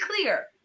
clear